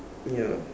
ya